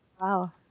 Wow